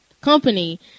company